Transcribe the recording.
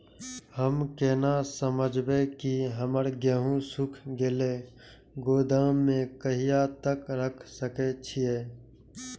हम केना समझबे की हमर गेहूं सुख गले गोदाम में कहिया तक रख सके छिये?